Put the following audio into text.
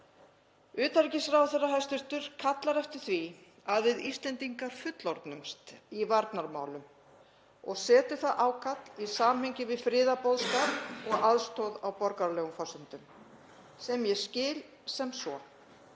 utanríkisráðherra kallar eftir því að við Íslendingar fullorðnumst í varnarmálum og setur það ákall í samhengi við friðarboðskap og aðstoð á borgaralegum forsendum sem ég skil sem svo